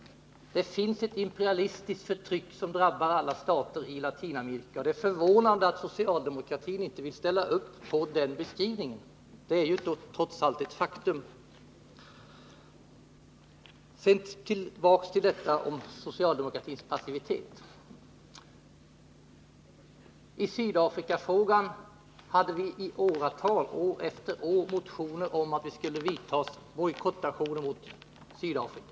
Det finns ett imperialistiskt förtryck som drabbar alla stater i Latinamerika. Det är förvånande att socialdemokratin inte vill ställa upp på den beskrivningen. Det är trots allt ett faktum. Sedan tillbaka till detta med socialdemokratins passivitet. I Sydafrikafrågan väckte vi år efter år motioner om att Sverige skulle vidta bojkottaktioner mot Sydafrika.